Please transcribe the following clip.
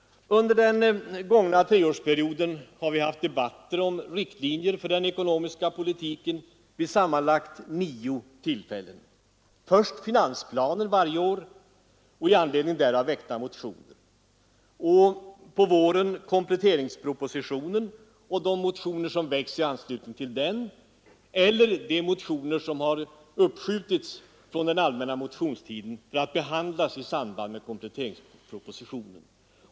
Under den gångna treårsperioden har vi haft debatter om riktlinjerna för den ekonomiska politiken vid sammanlagt nio tillfällen: först debatten om finansplanen och med anledning därav väckta motioner varje år, sedan på våren debatten om kompletteringspropositionen, de motioner som väckts i anslutning till den och de motioner från den allmänna motionstiden som har uppskjutits för att behandlas i samband med kompletteringspropositionen.